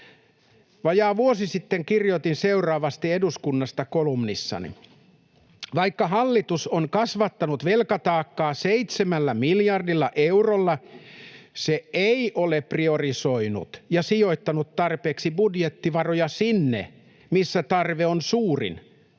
Vajaa vuosi sitten kirjoitin seuraavasti Eduskunnasta-kolumnissani: ”Vaikka hallitus on kasvattanut velkataakkaa seitsemällä miljardilla eurolla, se ei ole priorisoinut ja sijoittanut tarpeeksi budjettivaroja sinne, missä tarve on suurin